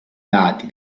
lati